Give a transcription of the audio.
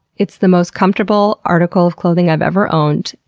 it's the most comfortable article of clothing i've ever owned.